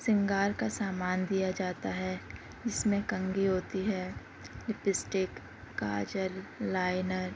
سنگار کا سامان دیا جاتا ہے جس میں کنگھی ہوتی ہے لپ اسٹک کاجل لائنر